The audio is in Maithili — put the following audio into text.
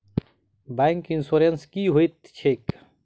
बैंक इन्सुरेंस की होइत छैक?